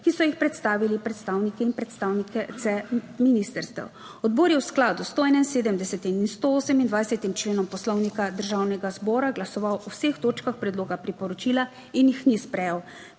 ki so jih predstavili predstavniki in predstavnice ministrstev. Odbor je v skladu s 171. in 128. členom Poslovnika Državnega zbora glasoval o vseh točkah predloga priporočila in jih ni sprejel.